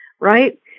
Right